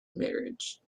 marriage